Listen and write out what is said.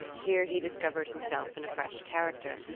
here he discovered himself in a fresh character,